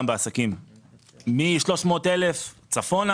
גם בעסקים מ-300,000 שקל צפונה,